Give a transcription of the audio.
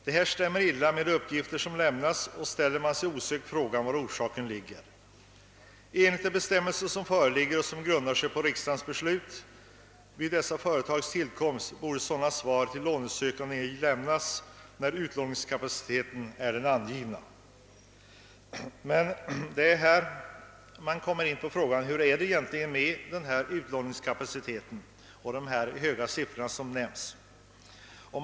Detta stämmer illa med de uppgifter som lämnats, och man ställer sig osökt frågan var orsaken ligger. Enligt föreliggande bestämmelser, som grundar sig på riksdagens beslut vid dessa företags tillkomst, borde sådana svar till lånesökande ej lämnas, när utlåningskapaciteten är den angivna. Det är här man kommer in på frågan hur det egentligen står till med utlåningskapaciteten och de höga siffror som har nämnts.